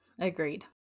agreed